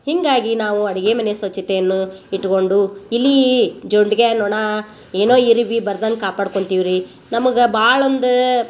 ಹೀಗಾಗಿ ನಾವು ಅಡಿಗೆ ಮನೆ ಸ್ವಚ್ಛತೆಯನ್ನು ಇಟ್ಕೊಂಡು ಇಲಿ ಜೊಂಡ್ಗೆ ನೊಣ ಏನೋ ಇರುಬಿ ಬರ್ದಂಗೆ ಕಾಪಾಡ್ಕೊಳ್ತೀವಿ ರೀ ನಮಗೆ ಬಾಳೊಂದು